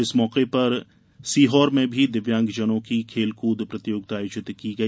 इस मौके पर सीहोर में दिव्यांगजनों की खेल कूद प्रतियोगिता आयोजित की गई